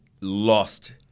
lost